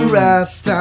rest